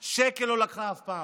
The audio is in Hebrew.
שקל לא לקחה אף פעם.